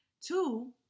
Two